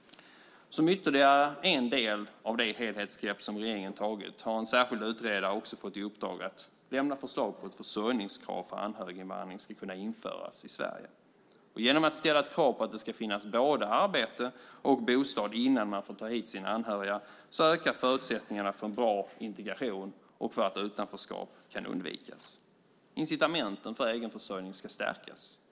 Som ytterligare en del av det helhetsgrepp som regeringen har tagit har en särskild utredare fått i uppdrag att lämna förslag på hur ett försörjningskrav för anhöriginvandring ska kunna införas i Sverige. Genom att ställa ett krav på att det ska finnas både arbete och bostad innan man får ta hit sina anhöriga ökar förutsättningarna för en bra integration och för att utanförskap kan undvikas. Incitamenten för egenförsörjning ska stärkas.